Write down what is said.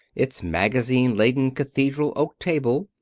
its magazine-laden cathedral oak table,